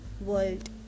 world